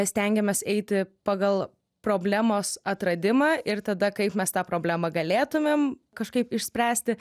stengėmės eiti pagal problemos atradimą ir tada kaip mes tą problemą galėtumėm kažkaip išspręsti